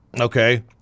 Okay